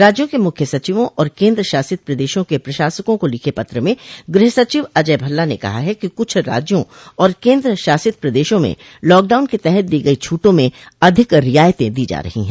राज्यों के मुख्य सचिवों आर केन्द्र शासित प्रदेशों के प्रशासकों को लिखे पत्र में गृह सचिव अजय भल्ला ने कहा है कि कुछ राज्यों और केन्द्र शासित प्रदेशों में लॉकडाउन के तहत दी गई छूटों में अधिक रियायतें दी जा रही हैं